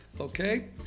Okay